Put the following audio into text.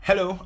Hello